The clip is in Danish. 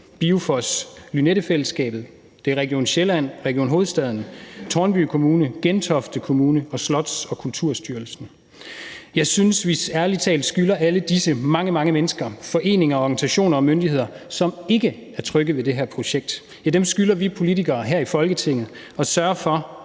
BIOFOS Lynettefællesskabet, Region Sjælland, Region Hovedstaden, Tårnby Kommune, Gentofte Kommune og Slots- og Kulturstyrelsen. Jeg synes ærlig talt, at vi politikere her i Folketinget skylder alle disse mange, mange mennesker, foreninger, organisationer og myndigheder, som ikke er trygge ved det her projekt, at sørge for, at anlægsprojekter af